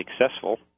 successful